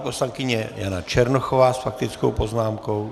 Poslankyně Jana Černochová s faktickou poznámkou.